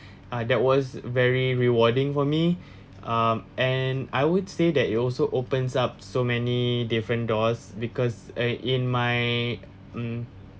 ah that was very rewarding for me ah and I would say that it also opens up so many different doors because I in my mm